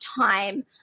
time